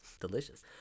delicious